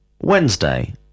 Wednesday